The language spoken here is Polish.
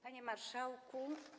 Panie Marszałku!